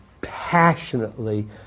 passionately